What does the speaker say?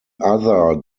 other